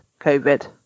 COVID